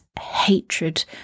hatred